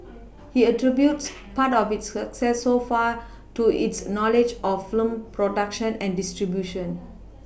he attributes part of its success so far to his knowledge of film production and distribution